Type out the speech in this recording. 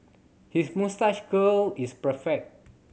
his moustache curl is perfect